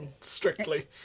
strictly